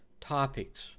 topics